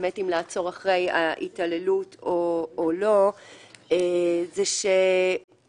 לעצור אחרי ההתעללות או לא זה שקיים,